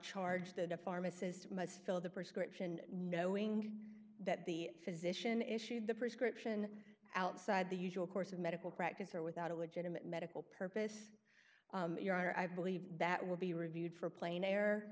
a pharmacist must fill the prescription knowing that the physician issued the prescription outside the usual course of medical practice or without a legitimate medical purpose your honor i believe that will be reviewed for plain air